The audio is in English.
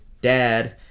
dad